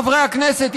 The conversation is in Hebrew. חברי הכנסת,